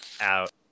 out